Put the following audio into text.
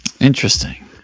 Interesting